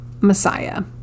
Messiah